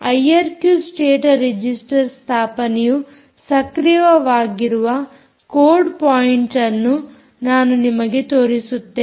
IRQ state register ಸ್ಥಾಪನೆಯು ಸಕ್ರಿಯವಾಗಿರುವ code ಪಾಯಿಂಟ್ಅನ್ನು ನಾನು ನಿಮಗೆ ತೋರಿಸುತ್ತೇನೆ